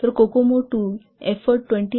तर Kokomo II 28